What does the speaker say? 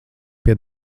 pie